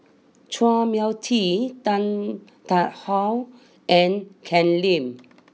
Chua Mia Tee Tan Tarn how and Ken Lim